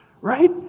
right